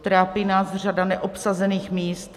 Trápí nás řada neobsazených míst.